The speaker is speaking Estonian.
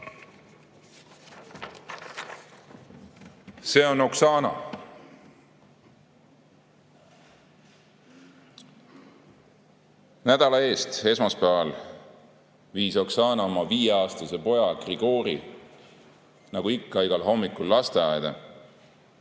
See on Oksana. Nädala eest esmaspäeval viis Oksana oma viieaastase poja Grigori nagu ikka igal hommikul lasteaeda